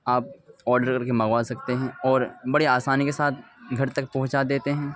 آپ آرڈر کر کے منگوا سکتے ہیں اور بڑے آسانی کے ساتھ گھر تک پہنچا دیتے ہیں